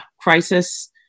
crisis